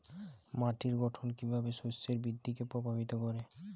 মাটির গঠন কীভাবে শস্যের বৃদ্ধিকে প্রভাবিত করে?